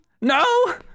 No